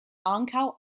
ankaŭ